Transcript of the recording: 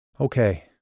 Okay